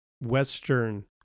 Western